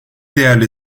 değerli